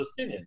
Palestinians